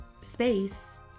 space